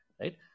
right